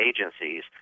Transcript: agencies